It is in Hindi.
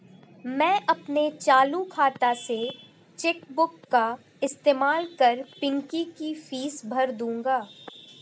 मैं अपने चालू खाता से चेक बुक का इस्तेमाल कर पिंकी की फीस भर दूंगा